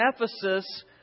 Ephesus